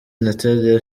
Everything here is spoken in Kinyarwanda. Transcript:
natalia